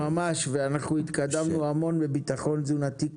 ממש, ואנחנו התקדמנו המון בביטחון תזונתי כללי,